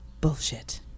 bullshit